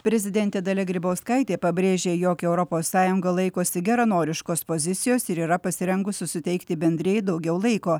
prezidentė dalia grybauskaitė pabrėžė jog europos sąjunga laikosi geranoriškos pozicijos ir yra pasirengusi suteikti bendrijai daugiau laiko